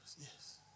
Yes